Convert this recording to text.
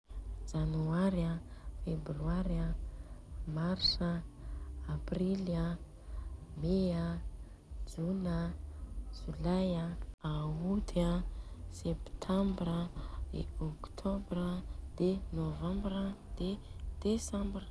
Janoary an, febroary an, Mars, Aprily an, Mai, jona, jolay, Août, septembre, octobre, novembre, de décembre.